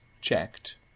checked